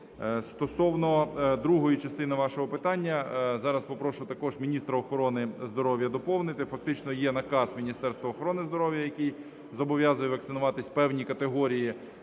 Стосовно другої частини вашого питання. Зараз попрошу також міністра охорони здоров'я доповнити. Фактично є наказ Міністерства охорони здоров'я, який зобов'язує вакцинуватися певній категорії